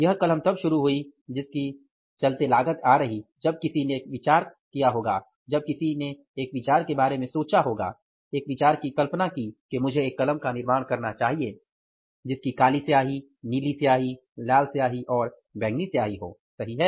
यह कलम तब शुरू हुई जिसके चकते लागत आ रही जब किसी ने एक विचार के बारे में सोचा एक विचार की कल्पना की कि मुझे एक कलम का निर्माण करना चाहिए जिसकी काली स्याही नीली स्याही लाल स्याही बैंगनी स्याही हो सही है